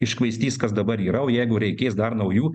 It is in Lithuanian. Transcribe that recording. iškvaistys kas dabar yra jeigu reikės dar naujų